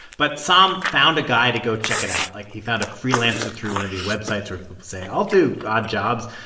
but sahm found a guy to go check it out. like, he found a freelancer through one of these websites where people say, i'll do odd jobs.